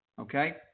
Okay